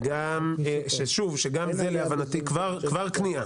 שוב גם זה להבנתי כבר כניעה,